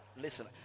Listen